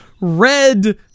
red